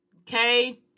Okay